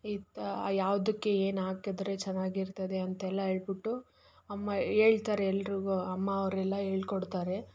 ಈ ತ ಯಾವುದಕ್ಕೆ ಏನು ಹಾಕದ್ರೆ ಚೆನ್ನಾಗಿರ್ತದೆ ಅಂತೆಲ್ಲ ಹೇಳ್ಬಿಟ್ಟು ಅಮ್ಮ ಹೇಳ್ತಾರೆ ಎಲ್ರಿಗೂ ಅಮ್ಮ ಅವರೆಲ್ಲ ಹೇಳ್ಕೊಡ್ತಾರೆ